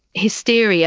hysteria